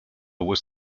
was